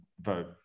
vote